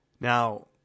Now